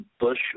Bush